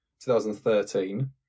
2013